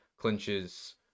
clinches